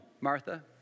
Martha